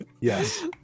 yes